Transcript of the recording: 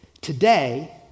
Today